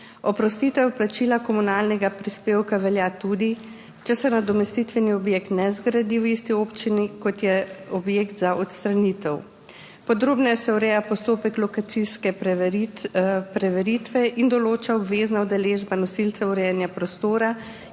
Oprostitev plačila komunalnega prispevka velja tudi, če se nadomestitveni objekt ne zgradi v isti občini, kot je objekt za odstranitev. Podrobneje se ureja postopek lokacijske preveritve in določa obvezna udeležba nosilcev urejanja prostora in